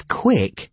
Quick